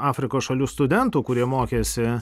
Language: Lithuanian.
afrikos šalių studentų kurie mokėsi